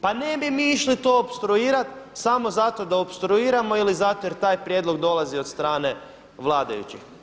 Pa ne bi mi išli to opstruirati samo zato da opstruiramo ili zato jer taj prijedlog dolazi od strane vladajuće.